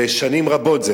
וזה שנים רבות.